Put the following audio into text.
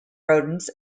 rodents